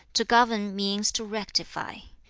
to govern means to rectify.